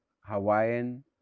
Hawaiian